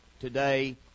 today